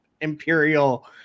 Imperial